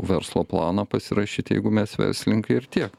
verslo planą pasirašyti jeigu mes verslininkai ir tiek